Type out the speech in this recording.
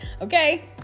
Okay